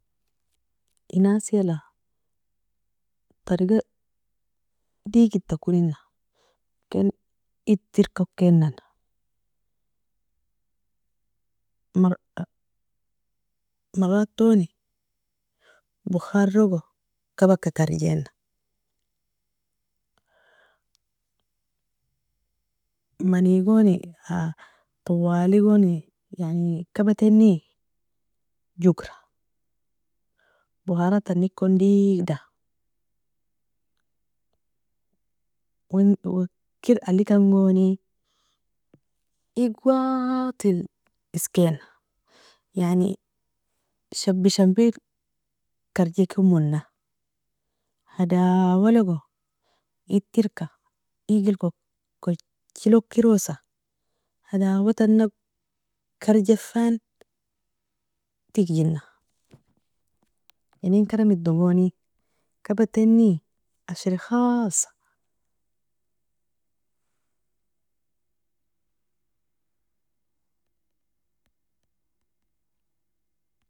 Inasila tarige digidat konina, ken itirka wakena, maratoni bokharogo kabaka karjena, manigoni tawaligoni yani kabatani jogra boharat tanikon digda, ker alikangoni eig wati iskina, yani shabi shabil karjikemona hadawalogo iterka eigel kojel okerosa hadawatanog karjifan tigjina ienekaramidogoni kabatani ashri khalsa.